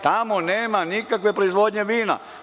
Tamo nema nikakve proizvodnje vina.